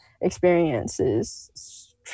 experiences